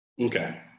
Okay